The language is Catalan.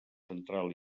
central